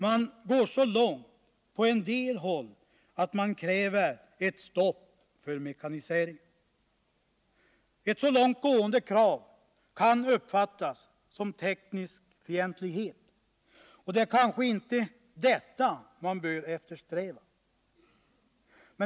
På en del håll går man så långt att man kräver ett stopp för mekaniseringen. Ett så långt gående krav kan uppfattas som fientlighet mot tekniken, men det är kanske inte vad man bör eftersträva.